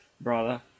brother